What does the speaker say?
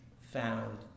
found